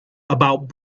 about